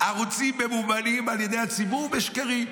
ערוצים ממומנים על ידי הציבור בשקרים.